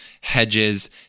hedges